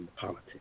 politics